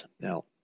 Now